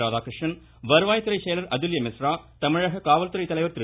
ராதாகிருஷ்ணன் வருவாய் துறை செயலர் அதுல்ய மிஸ்ரா தமிழக காவல்துறை தலைவர் திரு